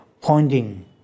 pointing